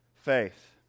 Faith